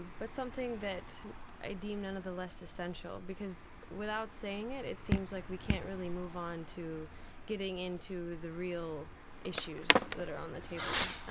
but something that i deem nonetheless essential because without saying it, it seems like we can't really move on to getting into the real issues that are on the table.